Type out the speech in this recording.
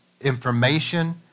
information